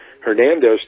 Hernandez